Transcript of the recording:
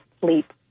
sleep